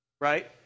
Right